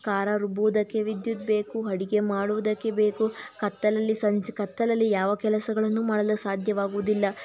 ಖಾರ ರುಬ್ಬುವುದಕ್ಕೆ ವಿದ್ಯುತ್ ಬೇಕು ಅಡುಗೆ ಮಾಡುವುದಕ್ಕೆ ಬೇಕು ಕತ್ತಲಲ್ಲಿ ಸಂಚ ಕತ್ತಲಲ್ಲಿ ಯಾವ ಕೆಲಸಗಳನ್ನು ಮಾಡಲು ಸಾಧ್ಯವಾಗುವುದಿಲ್ಲ